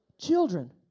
children